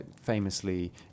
famously